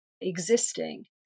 existing